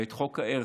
את חוק האיירסופט,